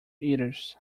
eaters